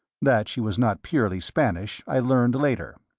that she was not purely spanish i learned later.